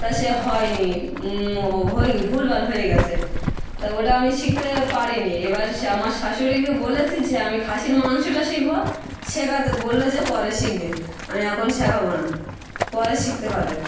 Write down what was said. তা সে হয়নি হয়ে ভুলভাল হয়ে গিয়েছে তো ওটা আমি শিখতে পারিনি এবার সে আমার শাশুড়িকে বলেছি যে আমি খাসির মাংসটা শিখব শেখাতে বলল যে পরে শিখবে আমি এখন শেখাব না পরে শিখতে পারবে